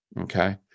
okay